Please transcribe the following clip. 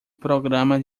programa